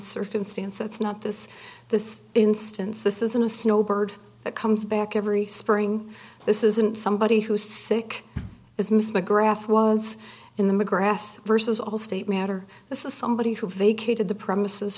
circumstance it's not this this instance this isn't a snowbird it comes back every spring this isn't somebody who's sick as miss mcgrath was in the mcgrath versus allstate matter this is somebody who vacated the premises